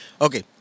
Okay